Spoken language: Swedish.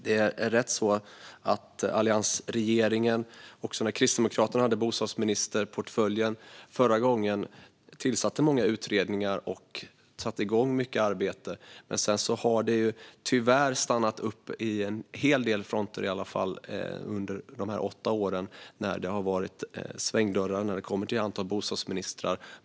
Det är rätt att alliansregeringen, också när Kristdemokraterna hade bostadsministerportföljen förra gången, tillsatte många utredningar och satte igång mycket arbete. Sedan har det dock tyvärr stannat upp, i alla fall på en hel del fronter, under de åtta år då det har varit svängdörr till den posten och ett stort antal bostadsministrar.